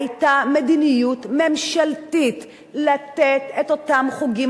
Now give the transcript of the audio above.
היתה מדיניות ממשלתית לתת את אותם חוגים,